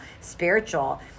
spiritual